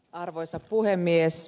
arvoisa puhemies